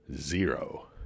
zero